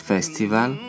Festival